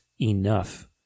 enough